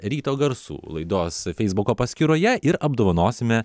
ryto garsų laidos feisbuko paskyroje ir apdovanosime